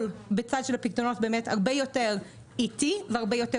בצד של הפיקדונות הרבה יותר איטי והרבה יותר